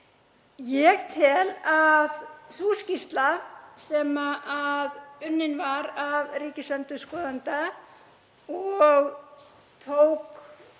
Ég tel að sú skýrsla sem unnin var af ríkisendurskoðanda og tók